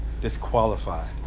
disqualified